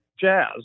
jazz